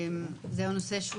ד"ר משה ברקת.